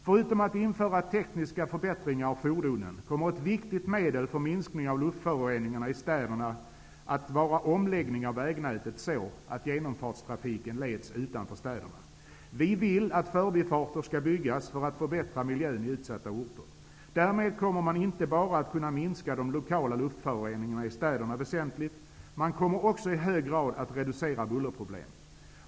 Förutom att införa tekniska förbättringar av fordonen kommer ett viktigt medel för minskning av luftföroreningarna i städerna att vara omläggning av vägnätet, så att genomfartstrafiken leds utanför städerna. Vi vill att förbifarter skall byggas för att förbättra miljön i utsatta orter. Därmed kommer man inte bara att kunna minska de lokala luftföroreningarna i städerna väsentligt, man kommer också i hög grad att reducera bullerproblemen.